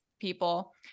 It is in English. people